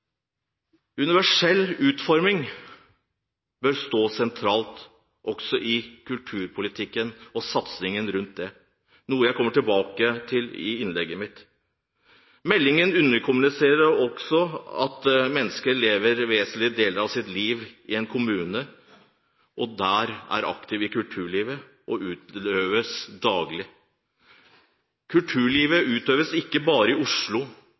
satsingen på det, noe jeg kommer tilbake til i innlegget mitt. Meldingen underkommuniserer også at mennesket lever vesentlige deler av sitt liv i en kommune, der kulturaktiviteter utøves i det daglige. Kulturlivet utøves ikke bare i Oslo